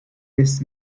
his